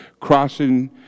crossing